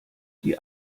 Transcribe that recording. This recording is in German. die